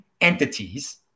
entities